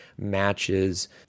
matches